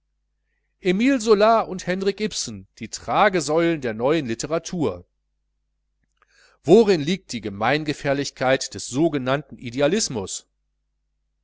zola und henrik ibsen die tragesäulen der neuen literatur worin liegt die gemeingefährlichkeit des sogenannten idealismus